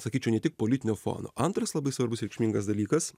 sakyčiau ne tik politinio fono antras labai svarbus reikšmingas dalykas